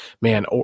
man